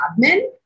admin